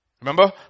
Remember